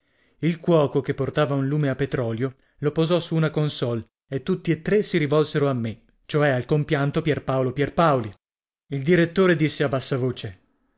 il cuoco che portava un lume a petrolio lo posò su una consolle e tutti e tre si rivolsero a me cioè al compianto pierpaolo pierpaoli il direttore disse a bassa voce